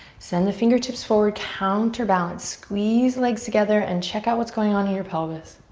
send the fingertips forward. counter balance. squeeze legs together and check out what's going on in your pelvis.